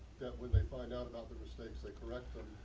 when they find out about the mistakes they correct them.